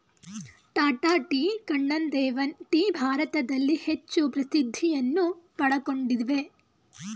Tata tea, Kannan Devan tea ಭಾರತದಲ್ಲಿ ಹೆಚ್ಚು ಪ್ರಸಿದ್ಧಿಯನ್ನು ಪಡಕೊಂಡಿವೆ